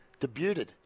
Debuted